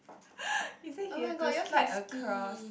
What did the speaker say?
he say he had to slide across